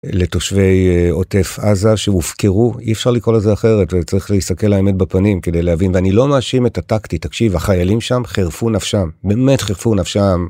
לתושבי עוטף עזה שהופקרו אי אפשר לקרוא לזה אחרת וצריך להסתכל על האמת בפנים כדי להבין ואני לא מאשים את הטקטית, תקשיב החיילים שם חרפו נפשם באמת חרפו נפשם.